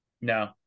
No